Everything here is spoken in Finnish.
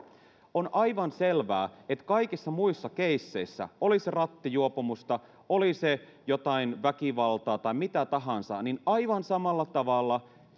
on aivan selvää että kaikissa muissa keisseissä oli se rattijuopumusta oli se jotain väkivaltaa tai mitä tahansa aivan samalla tavalla